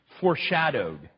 Foreshadowed